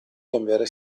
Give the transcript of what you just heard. cambiare